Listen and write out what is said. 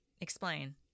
Explain